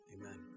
Amen